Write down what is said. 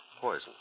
poison